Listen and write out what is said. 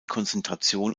konzentration